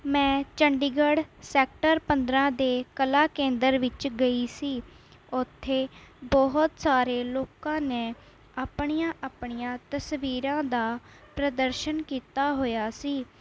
ਮੈਂ ਚੰਡੀਗੜ੍ਹ ਸੈਕਟਰ ਪੰਦਰਾਂ ਦੇ ਕਲਾ ਕੇਂਦਰ ਵਿੱਚ ਗਈ ਸੀ ਉੱਥੇ ਬਹੁਤ ਸਾਰੇ ਲੋਕਾਂ ਨੇ ਆਪਣੀਆਂ ਆਪਣੀਆਂ ਤਸਵੀਰਾਂ ਦਾ ਪ੍ਰਦਰਸ਼ਨ ਕੀਤਾ ਹੋਇਆ ਸੀ